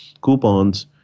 coupons